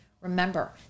Remember